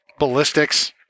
Ballistics